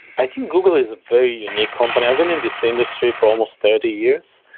i think google is a very unique company. i've been in this industry for almost thirty years.